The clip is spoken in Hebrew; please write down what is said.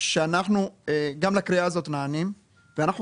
שאנחנו גם לקריאה הזאת נענים ואנחנו